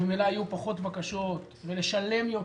ממילא היו פחות בקשות, ולשלם יותר.